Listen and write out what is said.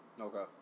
Okay